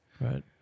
right